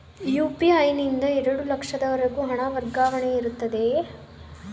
UPI ನಿಂದ ಎರಡು ಲಕ್ಷದವರೆಗೂ ಹಣ ವರ್ಗಾವಣೆ ಇರುತ್ತದೆಯೇ?